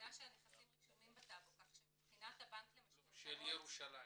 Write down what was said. של ירושלים.